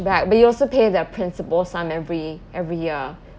back but you also pay their principal sum every every year